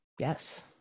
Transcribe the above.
Yes